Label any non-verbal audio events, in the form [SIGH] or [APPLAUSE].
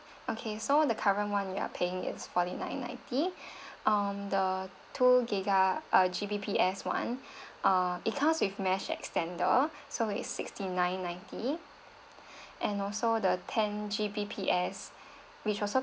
okay so the current one you are paying is forty nine ninety [BREATH] um the two giga uh G B P S one [BREATH] uh it comes with mesh extender so it's sixty nine ninety [BREATH] and also the ten G P P S [BREATH] which also